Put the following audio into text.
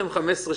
מחזיק